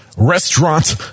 restaurant